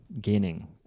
gaining